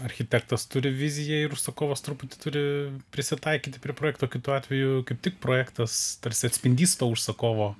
architektas turi viziją ir užsakovas truputį turi prisitaikyti prie projekto kitu atveju kaip tik projektas tarsi atspindys to užsakovo